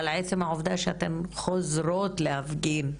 אבל עצם העובדה שאתן חוזרות להפגין,